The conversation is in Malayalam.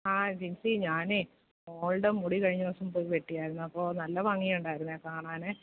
ആ ജിൻസി ഞാൻ മോൾടെ മുടി കഴിഞ്ഞ ദിവസം പോയി വെട്ടിയായിരുന്നു ആപ്പോൾ നല്ല ഭംഗിയുണ്ടായിരുന്നു കാണാൻ